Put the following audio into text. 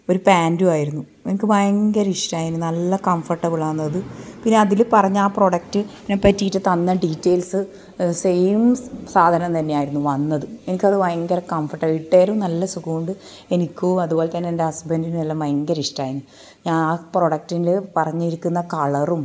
ഒരു പാൻറ്റും ആയിരുന്നു എനിക്ക് ഭയങ്കര ഇഷ്ടായിന് നല്ല കംഫട്ടബിളാന്നത് പിന്നെ അതിൽ പറഞ്ഞ ആ പ്രൊഡക്റ്റിനെ പറ്റിട്ട് തന്ന ഡീറ്റെയിൽസ് സെയിം സാധനം തന്നെയായിരുന്നു വന്നത് എനിക്കത് ഭയങ്കര കംഫർറ്റബിൾ ഇട്ടേരം നല്ല സുഖമുണ്ട് എനിക്കും അതുപോലെ തന്നെ എൻ്റെ ഹസ്ബൻ്റിനും എല്ലാം ഭയങ്കര ഇഷ്ടായിന് ഞാൻ ആ പ്രൊഡക്റ്റിൽ പറഞ്ഞിരിക്കുന്ന കളറും